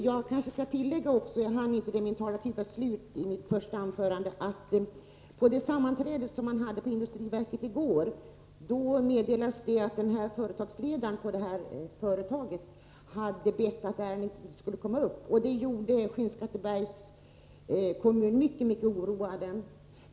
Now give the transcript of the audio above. Jag skall kanske tillägga följande, som jag inte hann med i mitt första anförande: Vid det sammanträde som i går hölls på industriverket meddelades det att företagsledaren i det aktuella företaget hade bett att ärendet inte skulle komma upp. Det gjorde att människorna i Skinnskattebergs kommun blev mycket oroliga.